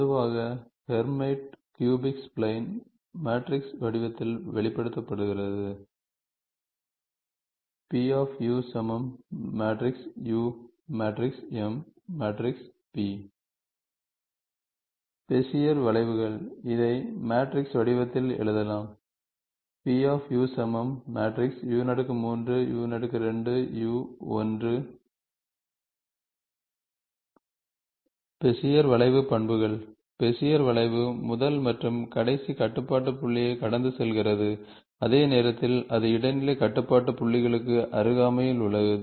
பொதுவாக Hermite cubic spline matrix வடிவத்தில் வெளிப்படுத்தப்படுகிறது பெசியர் வளைவுகள் இதை மேட்ரிக்ஸ் வடிவத்தில் எழுதலாம் பெசியர் வளைவு பண்புகள் பெசியர் வளைவு முதல் மற்றும் கடைசி கட்டுப்பாட்டு புள்ளியைக் கடந்து செல்கிறது அதே நேரத்தில் அது இடைநிலை கட்டுப்பாட்டு புள்ளிகளுக்கு அருகாமையில் உள்ளது